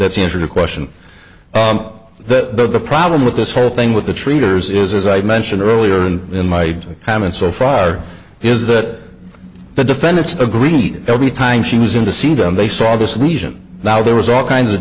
that he answered a question that the problem with this whole thing with the traders is as i mentioned earlier and in my comments so far is that the defendants agreed every time she was in to see them they saw this lesion now there was all kinds of